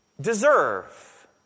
deserve